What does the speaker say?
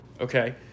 Okay